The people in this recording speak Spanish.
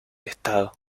estado